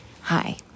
Hi